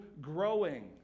growing